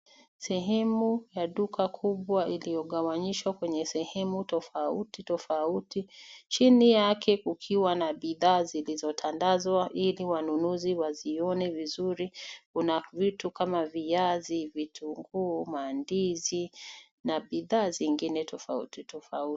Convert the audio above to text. Sehemu ya duka kubwa iliyogawanishwa kwenye sehemu tofauti tofauti chini yake kukiwa na bidhaa zilizotandazwa ili wanunuzi wazione vizuri. Kuna vitu kama viazi, vitunguu, mandizi na bidhaa zingine tofauti tofauti.